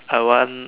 I want